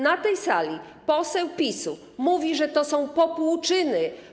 Na tej sali poseł PiS-u mówi, że to są popłuczyny.